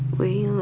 we